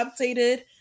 updated